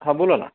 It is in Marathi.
हां बोला ना